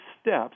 steps